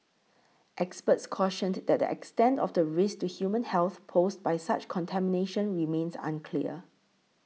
experts cautioned that the extent of the risk to human health posed by such contamination remains unclear